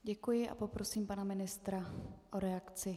Děkuji a poprosím pana ministra o reakci.